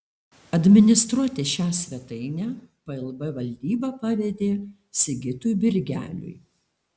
administruoti šią svetainę plb valdyba pavedė sigitui birgeliui